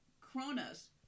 Cronus